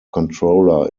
controller